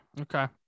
Okay